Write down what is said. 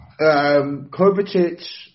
Kovacic